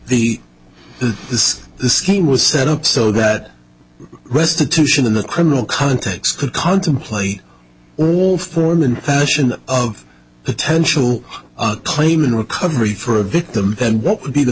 the this scheme was set up so that restitution in the criminal context could contemplate war form and fashion of potential claim in recovery for a victim then what would be the